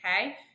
okay